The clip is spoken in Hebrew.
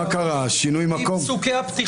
אנחנו לא הניצבים ולא הסטטיסטים במופע האימים